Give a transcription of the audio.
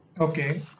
Okay